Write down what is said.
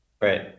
Right